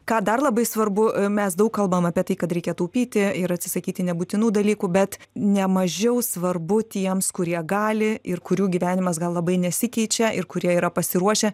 ką dar labai svarbu mes daug kalbam apie tai kad reikia taupyti ir atsisakyti nebūtinų dalykų bet ne mažiau svarbu tiems kurie gali ir kurių gyvenimas gal labai nesikeičia ir kurie yra pasiruošę